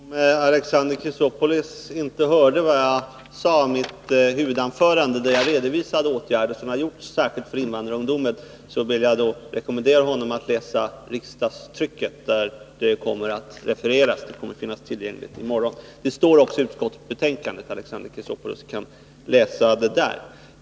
Herr talman! Om Alexander Chrisopoulos inte hörde vad jag sade i mitt huvudanförande, där jag redovisade åtgärder som har gjorts särskilt för invandrarungdomar, vill jag rekommendera honom att läsa riksdagsprotokollet, där det kommer att refereras. Det kommer att finnas tillgängligt i morgon. Det står också i utskottets betänkande, och Alexander Chrisopou los kan läsa det där.